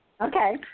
Okay